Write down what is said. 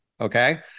okay